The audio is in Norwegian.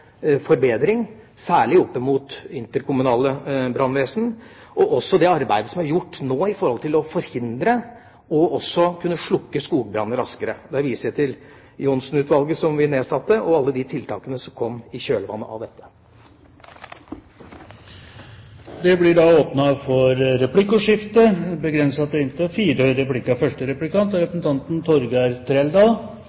forbedring, særlig opp mot det interkommunale brannvesen, og også det arbeidet som er gjort nå for å forhindre og også å kunne slukke skogbranner raskere. Der viser jeg til Johnsen-utvalget som vi nedsatte, og alle de tiltakene som kom i kjølvannet av dette. Det blir da åpnet for replikkordskifte. Statsråden brukte ordet nullvisjon, og det er